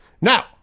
Now